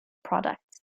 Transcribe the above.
products